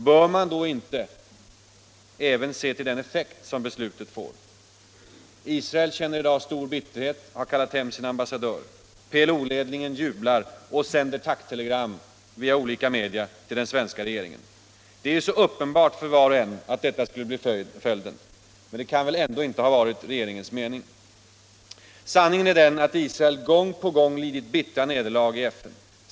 Bör man då inte även se till den effekt som beslutet får? Israel känner i dag stor bitterhet och har kallat hem sin ambassadör. PLO-ledningen jublar och sänder tacktelegram via olika media till den svenska regeringen. Det är ju så uppenbart för var och en att detta skulle bli följden. Men det kan väl ändå inte ha varit regeringens avsikt? Sanningen är den att Israel gång på gång lidit bittra nederlag i FN.